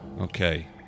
Okay